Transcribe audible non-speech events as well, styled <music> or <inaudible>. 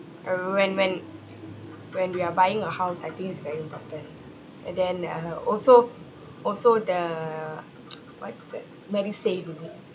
uh when when when we are buying a house I think it's very important and then uh also also the <noise> what's that MediSave is it